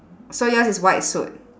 so yours is white suit